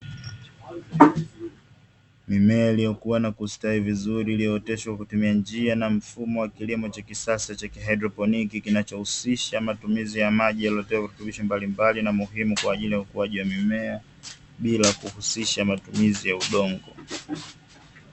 Mimea iliyokuwa na kustawi vizuri, iliyootesha kwa kutumia njia na mfumo wa kilimo cha kisasa cha haidroponiki, kinachohusisha matumizi ya maji yaliyotiwa virutubisho mbalimbali na muhimu kwa ajili ya ukuaji wa mimea bila kuhusisha matumizi ya udongo.